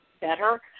better